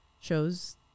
shows